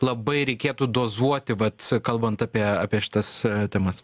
labai reikėtų dozuoti vat kalbant apie apie šitas temas